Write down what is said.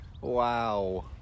wow